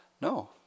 No